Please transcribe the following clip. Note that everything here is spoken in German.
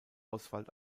oswald